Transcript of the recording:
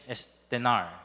Estenar